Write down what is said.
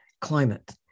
climate